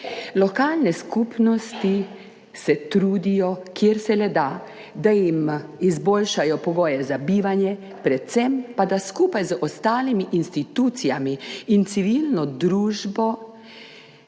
Lokalne skupnosti se trudijo, kjer se le da, da jim izboljšajo pogoje za bivanje, predvsem pa, da jih skupaj z ostalimi institucijami in civilno družbo